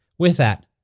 with that,